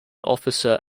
officer